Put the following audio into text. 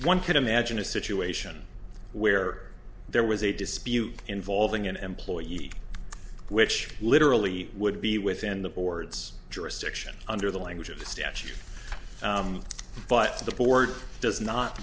could imagine a situation where there was a dispute involving an employee which literally would be within the board's jurisdiction under the language of the statute but the board does not